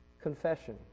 confession